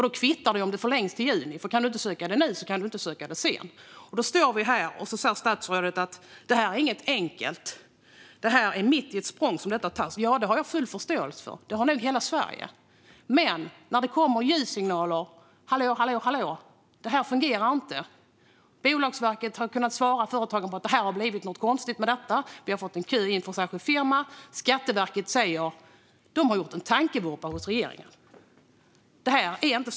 Då kvittar det om stödet förlängs till juni, för om man inte kan söka det nu kan man inte söka det sedan. Statsrådet säger här att detta inte är enkelt och att beslutet har fattats mitt i ett språng. Det har jag full förståelse för, och det har nog hela Sverige. Men det kommer ju ljussignaler - hallå, hallå, hallå - om att det här inte fungerar. Bolagsverket svarar företagen att det har blivit något konstigt med det hela och att de fått en kö för dem som vill ansöka om att bli enskild firma. Samtidigt säger Skatteverket att man inom regeringen har gjort en tankevurpa.